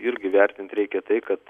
irgi vertint reikia tai kad